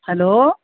hello